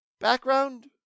background